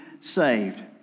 saved